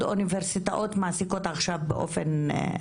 אוניברסיטאות מעסיקות עכשיו באותו האופן.